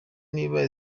niba